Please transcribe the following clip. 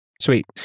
Sweet